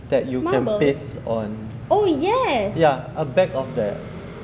that you can paste on ya a bag of that